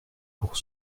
pour